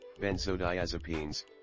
benzodiazepines